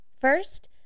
First